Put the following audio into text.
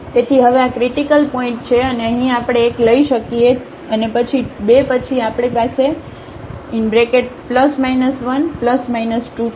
તેથી હવે આ ક્રિટીકલ પોઇન્ટ છે અહીં આપણે એક લઈ શકીએ અને પછી 2 પછી આપણી પાસે ± 1 ± 2 છે